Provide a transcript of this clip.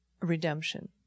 redemption